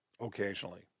occasionally